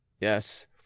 Yes